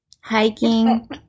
hiking